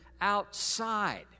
outside